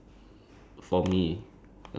we legal in Singapore